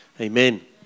Amen